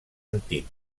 antic